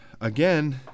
again